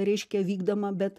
reiškia vykdoma bet